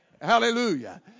Hallelujah